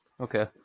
Okay